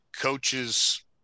coaches